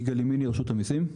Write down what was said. אני יגאל ימיני מרשות המיסים,